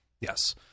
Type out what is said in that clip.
Yes